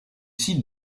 site